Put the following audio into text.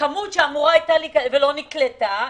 כמות שאמורה הייתה להיקלט ולא נקלטה,